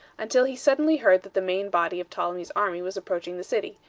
until he suddenly heard that the main body of ptolemy's army was approaching the city,